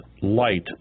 light